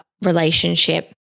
relationship